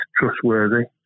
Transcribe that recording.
trustworthy